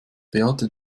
beate